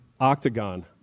octagon